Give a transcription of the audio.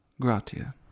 gratia